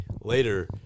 Later